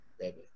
baby